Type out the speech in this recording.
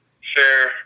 Sure